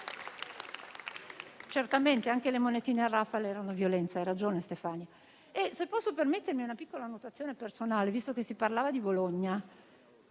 Certamente, anche le monetine davanti all'hotel *Raphaël* erano violenza. Hai ragione, Stefania. Se posso permettermi una piccola notazione personale, visto che si parlava di Bologna,